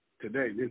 today